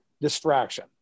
distraction